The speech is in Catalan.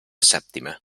sèptima